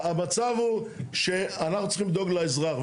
המצב הוא שאנחנו צריכים לדאוג לאזרח.